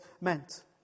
meant